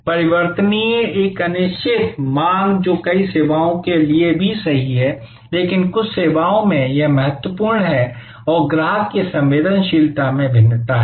परिवर्तनीय एक अनिश्चित मांग जो कई सेवाओं के लिए भी सही है लेकिन कुछ सेवाओं में यह महत्वपूर्ण है और ग्राहक की संवेदनशीलता में भिन्नता है